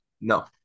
No